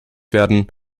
werden